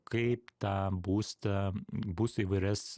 kaip tą būstą bus įvairias